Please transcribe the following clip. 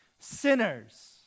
Sinners